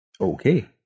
Okay